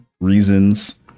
reasons